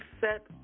set